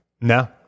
no